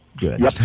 Good